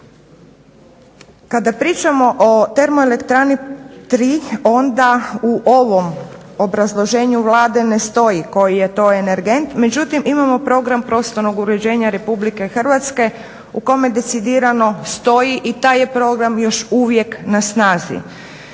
Kada pričamo o TE tri onda u ovom obrazloženju Vlade ne stoji koji je to energent, međutim imamo Program prostornog uređenja Republike Hrvatske u kome decidirano stoji i taj je program još uvijek na snazi.